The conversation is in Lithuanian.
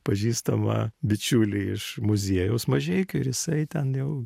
pažįstamą bičiulį iš muziejaus mažeikių ir jisai ten jau